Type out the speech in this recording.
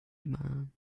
man